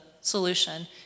solution